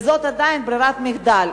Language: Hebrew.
וזאת עדיין ברירת מחדל.